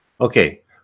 Okay